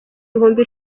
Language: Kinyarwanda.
ibihumbi